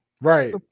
Right